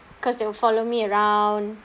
cause they will follow me around